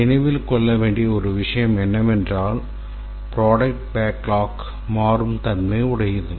நினைவில் கொள்ள வேண்டிய ஒரு விஷயம் என்னவென்றால் ப்ரோடக்ட் பேக்லாக் மாறும் தன்மை உடையது